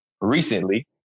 recently